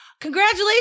congratulations